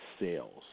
sales